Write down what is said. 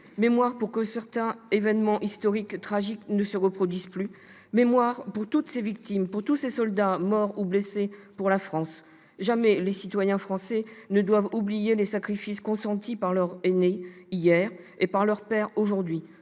mémoire, afin que certains événements historiques tragiques ne se reproduisent plus ; mémoire pour toutes ces victimes, tous ces soldats morts ou blessés pour la France. Jamais les citoyens français ne doivent oublier les sacrifices consentis par leurs aînés hier et par leurs pairs aujourd'hui